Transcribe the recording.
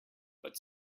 but